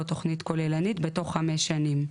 או תוכנית כוללנית בתוך חמש שנים.